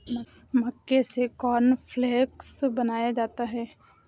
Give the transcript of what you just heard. मक्के से कॉर्नफ़्लेक्स बनाया जाता है